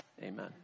Amen